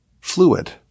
fluid